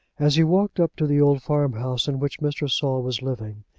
as he walked up to the old farmhouse in which mr. saul was living,